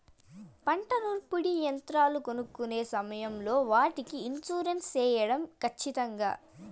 పంట నూర్పిడి యంత్రాలు కొనుక్కొనే సమయం లో వాటికి ఇన్సూరెన్సు సేయడం ఖచ్చితంగా?